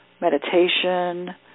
meditation